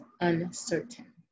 uncertain